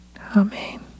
Amen